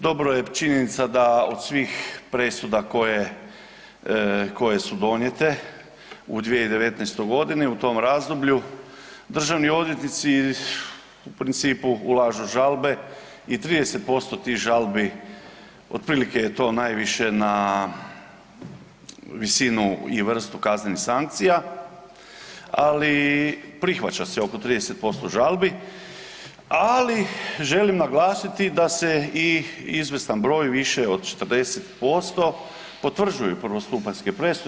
Dobra je činjenica da od svih presuda koje su donijete u 2019. u tom razdoblju, državni odvjetnici u principu ulažu žalbe i 30% tih žalbi otprilike je to najviše na visinu i vrstu kaznenih sankcija, ali prihvaća se oko 30% žalbi, ali želim naglasiti da se i izvjestan broj više od 40% potvrđuju prvostupanjske presude.